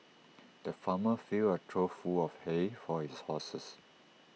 the farmer filled A trough full of hay for his horses